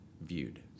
viewed